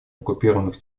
оккупированных